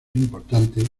importante